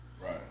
right